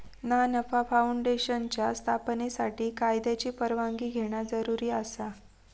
ना नफा फाऊंडेशनच्या स्थापनेसाठी कायद्याची परवानगी घेणा जरुरी आसा